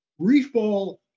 Reefball